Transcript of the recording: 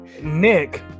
Nick